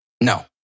No